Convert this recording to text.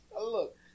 Look